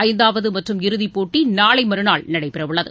ஐந்தாவதுமற்றும் இறுதிப் போட்டிநாளைமறுநாள் நடைபெறவுள்ளது